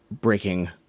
breaking